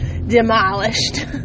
Demolished